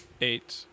eight